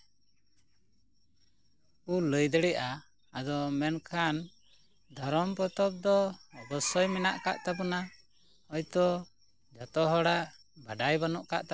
ᱞᱟᱹᱭ ᱫᱟᱲᱮᱭᱟᱜᱼᱟ ᱟᱨ ᱟᱫᱚ ᱢᱮᱱᱠᱷᱟᱱ ᱫᱷᱚᱨᱚᱢ ᱯᱚᱛᱚᱵ ᱫᱚ ᱚᱵᱚᱥᱥᱚᱭ ᱢᱮᱱᱟᱜ ᱠᱟᱜ ᱛᱟᱵᱚᱱᱟ ᱦᱳᱭᱛᱳ ᱡᱚᱛᱚ ᱦᱚᱲᱟᱜ ᱵᱟᱰᱟᱭ ᱵᱟᱱᱩᱜ ᱠᱟᱜ ᱛᱟᱵᱚᱱᱟ ᱟᱫᱚ